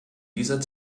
dieser